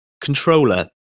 controller